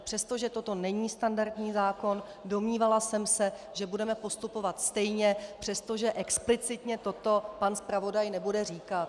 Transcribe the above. Přestože toto není standardní zákon, domnívala jsem se, že budeme postupovat stejně, přestože explicitně toto pan zpravodaj nebude říkat.